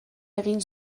egin